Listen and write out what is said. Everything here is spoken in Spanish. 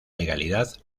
legalidad